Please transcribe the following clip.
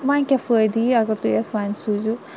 وۄنۍ کیٛاہ فٲیِدٕ یی اگر تُہۍ اَسہِ وۄنۍ سوٗزیوٗ